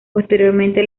posteriormente